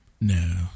No